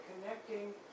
connecting